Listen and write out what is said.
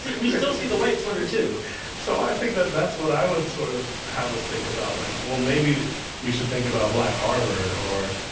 so we still see the white twitter, too so i think that that's what i would sort of have us think about. like, well, maybe we should think about black harvard or,